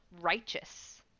righteous